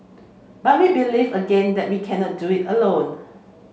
but we believe again that we cannot do it alone